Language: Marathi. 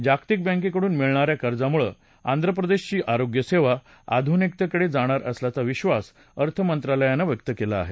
जागतिक बँकेकडून मिळणा या कर्जामुळे आंध्रप्रदेशची आरोग्य सेवा आधुनिकतेकडे जाणार असल्याचा विधास अर्थमंत्रालयानं व्यक्त केला आहे